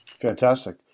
Fantastic